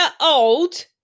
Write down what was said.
old